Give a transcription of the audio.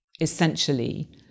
Essentially